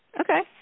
Okay